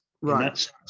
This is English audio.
right